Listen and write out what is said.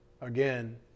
Again